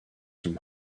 some